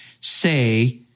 say